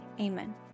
Amen